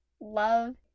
love